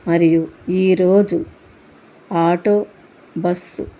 మరియు ఈ రోజు ఆటో బస్సు